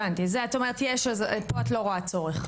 הבנתי אז את אומרת שפה את לא רואה צורך,